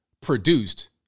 produced